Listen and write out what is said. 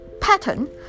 pattern